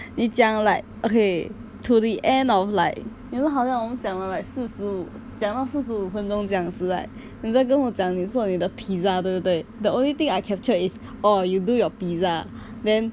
你讲 like okay to the end of like you know 好像我们讲的 right 四十五讲到四十五分钟这样子 right 你在跟我讲你做你的 pizza 对不对 the only thing I capture is orh you do your pizza then